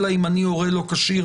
אלא אם אני הורה לא כשיר,